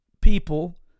people